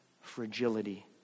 fragility